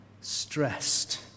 stressed